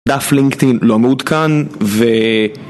דף לינקדאין לא מעודכן ו...